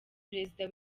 perezida